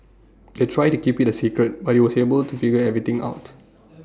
they tried to keep IT A secret but he was able to figure everything out